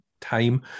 time